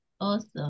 Awesome